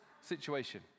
situation